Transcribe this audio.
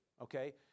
Okay